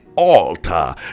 altar